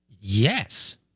Yes